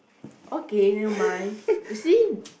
okay nevermind you see